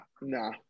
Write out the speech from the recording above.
Nah